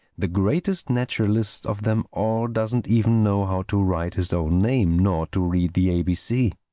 the greatest naturalist of them all doesn't even know how to write his own name nor to read the a b c.